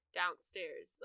downstairs